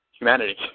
humanity